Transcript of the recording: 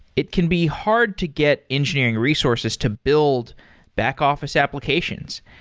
it can be hard to get engineering resources to build back-offi ce applications.